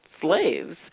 slaves